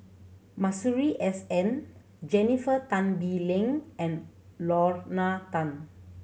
Masuri S N Jennifer Tan Bee Leng and Lorna Tan